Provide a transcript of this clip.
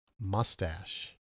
mustache